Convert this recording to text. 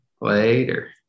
Later